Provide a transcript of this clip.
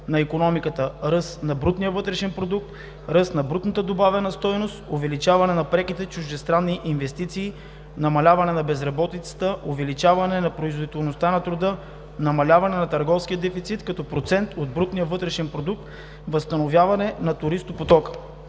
на икономиката – ръст на брутния вътрешен продукт, ръст на брутната добавена стойност, увеличаване на преките чуждестранни инвестиции, намаляване на безработицата, увеличаване на производителността на труда, намаляването на търговския дефицит като процент от брутния вътрешен продукт, възстановяване на туристопотока.